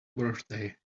birthday